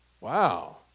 wow